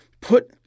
Put